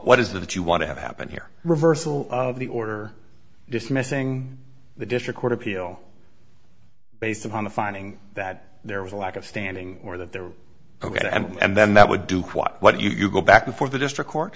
what is that you want to have happen here reversal of the order dismissing the district court appeal based upon the finding that there was a lack of standing or that there were ok and then that would do what you go back before the district court